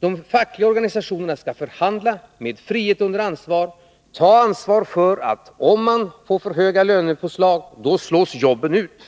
De fackliga organisationerna skall förhandla med frihet under ansvar och ta ansvar för att om man får för höga lönepåslag slås jobben ut.